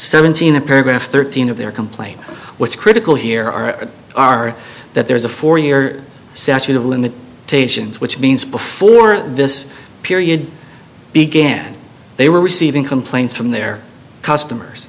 seventeen a paragraph thirteen of their complaint what's critical here are are that there is a four year statute of limitations which means before this period began they were receiving complaints from their customers